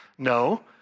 No